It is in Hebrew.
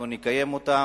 אנחנו נקיים אותם,